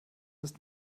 ist